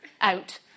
out